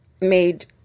made